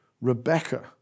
Rebecca